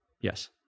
yes